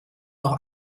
noch